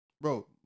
Bro